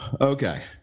Okay